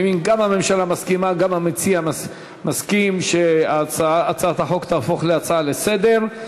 גם הממשלה מסכימה וגם המציע מסכים שהצעת החוק תהפוך להצעה לסדר-היום.